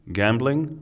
gambling